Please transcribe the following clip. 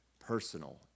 personal